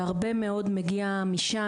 והרבה מאוד מגיע משם.